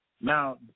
Now